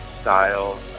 style